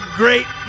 great